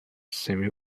semi